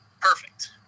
Perfect